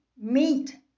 meat